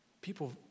People